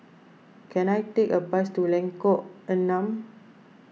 can I take a bus to Lengkok Enam